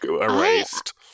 erased